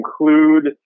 include